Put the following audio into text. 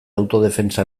autodefentsa